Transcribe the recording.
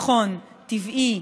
נכון, טבעי,